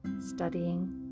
studying